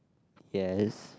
yes